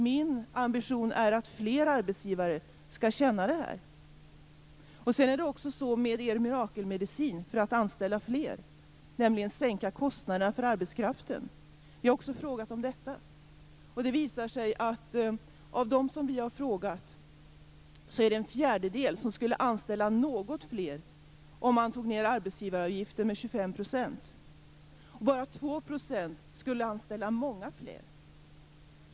Min ambition är att fler arbetsgivare skall känna på samma sätt. Vi har också ställt frågor om er mirakelmedicin för att fler skall anställas, nämligen att sänka kostnaderna för arbetskraften. Det visar sig att en fjärdedel av dem som vi har frågat skulle anställa något fler, om man sänkte arbetsgivaravgiften med 25 %. Bara 2 % skulle anställa många fler.